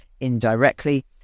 indirectly